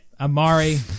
Amari